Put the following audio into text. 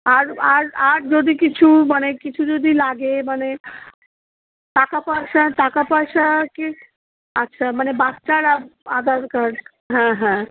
আর আর আর যদি কিছু মানে কিছু যদি লাগে মানে টাকা পয়সা টাকা পয়সা কি আচ্ছা মানে বাচ্চার আধ আধার কার্ড হ্যাঁ হ্যাঁ